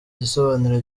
gisobanuro